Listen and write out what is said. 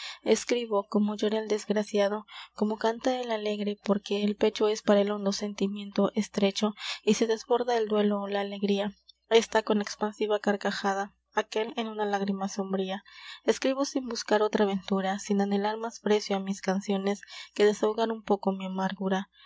escribo como llora el desgraciado como canta el alegre porque el pecho es para el hondo sentimiento estrecho y se desborda el duelo ó la alegría ésta con expansiva carcajada aquél en una lágrima sombría escribo sin buscar otra ventura sin anhelar más precio á mis canciones que desahogar un poco mi